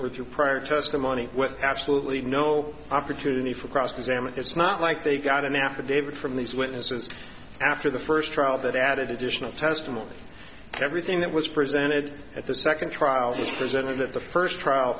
through prior testimony with absolutely no opportunity for cross examine it's not like they got an affidavit from these witnesses after the first trial that added additional testimony everything that was presented at the second trial was presented that the first trial